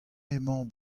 emañ